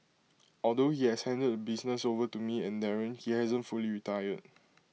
although he has handed the business over to me and Darren he hasn't fully retired